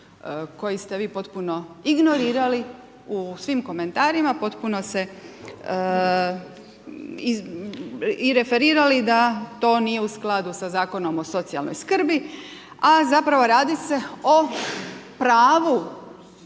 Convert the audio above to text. koji ste vi potpuno ignorirali u svim komentarima, potpuno se i referirali da to nije u skladu sa zakonom o socijalnoj skrbi. A zapravo radi se o pravu